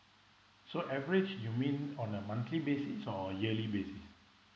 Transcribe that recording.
so average you mean on a monthly basis or yearly basis